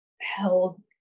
held